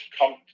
come